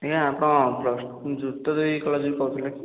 ଆଜ୍ଞା ଆପଣ ଯୁକ୍ତ ଦୁଇ କଲେଜରୁ କହୁଥିଲେ କି